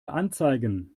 anzeigen